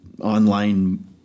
online